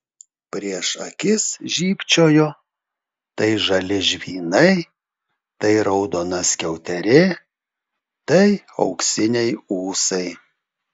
prieš akis žybčiojo tai žali žvynai tai raudona skiauterė tai auksiniai ūsai